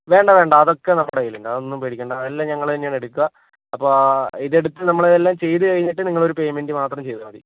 വേണ്ട വേണ്ട അതൊക്കെ നമ്മളെ കൈയ്യിലുണ്ട് അതൊന്നും പേടിക്കേണ്ട എല്ലാം ഞങ്ങൾ തന്നെയാണ് എടുക്കുക അപ്പോൾ ഇതെടുത്ത് നമ്മളെല്ലാം ചെയ്തുകഴിഞ്ഞിട്ട് നിങ്ങളൊരു പെയ്മെന്റ് മാത്രം ചെയ്താൽ മതി